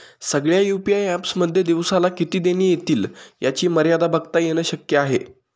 सगळ्या UPI apps मध्ये दिवसाला किती देणी एतील याची मर्यादा बघता येन शक्य आहे